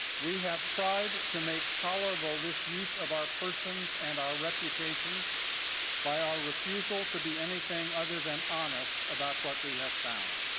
we have tried to make tolerable this use of our persons and our reputations by our refusal to be anything other than honest about what we found.